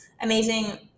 amazing